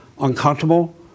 uncomfortable